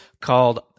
called